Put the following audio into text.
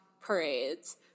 parades